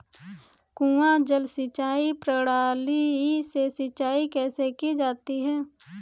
कुआँ जल सिंचाई प्रणाली से सिंचाई कैसे की जाती है?